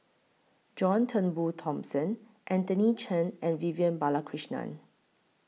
John Turnbull Thomson Anthony Chen and Vivian Balakrishnan